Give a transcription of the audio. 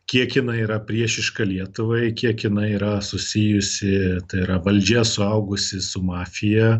kiek jinai yra priešiška lietuvai kiek jinai yra susijusi tai yra valdžia suaugusi su mafija